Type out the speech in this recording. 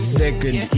second